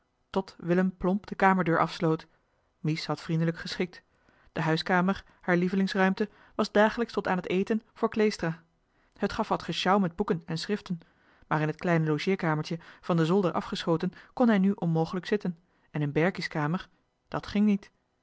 tot willem plomp de kamerdeur afsloot mies had vriendelijk geschikt de huiskamer haar lievelingsruimte was dagelijks tot aan het eten voor kleestra het gaf wat gesjouw met boeken en schriften maar in het kleine logeerkamertje van den zolder afgeschoten kon hij nu onmogelijk zitten en in berkie's kamer dat ging niet